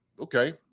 okay